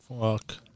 Fuck